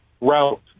route